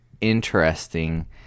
interesting